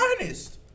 honest